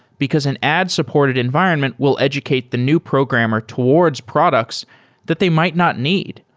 because an ad-supported environment will educate the new programmer towards products that they might not need.